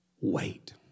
Wait